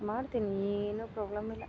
ಮಾಡ್ತೀನಿ ಏನು ಪ್ರಾಬ್ಲಮ್ ಇಲ್ಲ